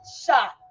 shot